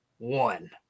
One